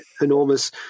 enormous